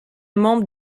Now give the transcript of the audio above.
membre